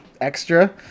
extra